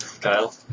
Kyle